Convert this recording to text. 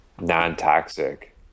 non-toxic